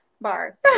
bar